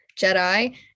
Jedi